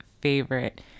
favorite